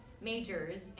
majors